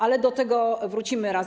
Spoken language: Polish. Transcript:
Ale do tego wrócimy raz